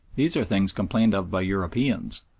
these are things complained of by europeans,